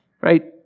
right